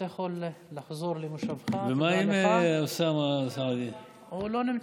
שתי שאילתות לחבר הכנסת אוסאמה סעדי, איננו נוכח.